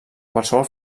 qualsevol